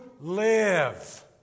live